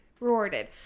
rewarded